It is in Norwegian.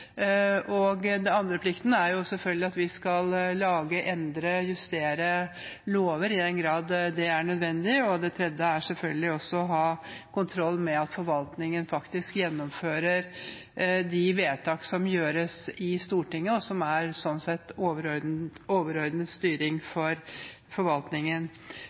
finanskomiteen. Den andre plikten er selvfølgelig at vi skal lage, endre og justere lover i den grad det er nødvendig. Og det tredje er å ha kontroll med at forvaltningen faktisk gjennomfører de vedtak som gjøres i Stortinget, og som sånn sett er en overordnet styring av forvaltningen.